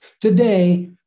Today